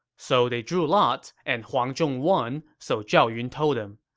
so they drew lots, and huang zhong won, so zhao yun told him,